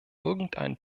irgendein